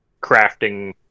crafting